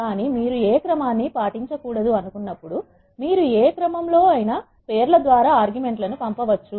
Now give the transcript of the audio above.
కానీ మీరు ఏ క్రమాన్ని పాటించకూడదు అనుకున్నప్పుడు మీరు ఏ ఈ క్రమం లో నైనా పేర్ల ద్వారా ఆర్గ్యుమెంట్ లను పంపవచ్చు